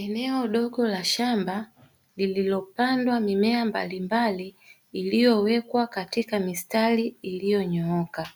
Eneo dogo la shamba lililopandwa mimea mbalimbali iliyowekwa katika mistari iliyonyooka.